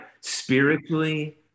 Spiritually